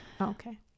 Okay